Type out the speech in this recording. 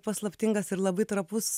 paslaptingas ir labai trapus